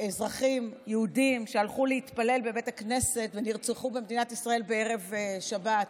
אזרחים יהודים שהלכו להתפלל בבית הכנסת ונרצחו במדינת ישראל בערב שבת.